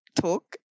talk